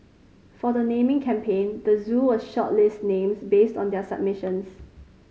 for the naming campaign the zoo will shortlist names based on the submissions